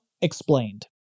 Explained